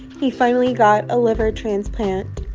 he finally got a liver transplant.